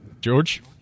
George